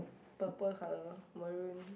purple colour maroon